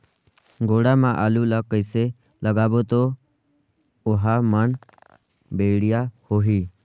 गोडा मा आलू ला कइसे लगाबो ता ओहार मान बेडिया होही?